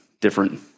different